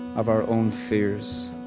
of our own fears.